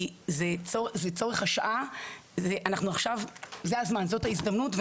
זה צורך השעה, זה הזמן, זאת ההזדמנות.